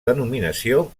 denominació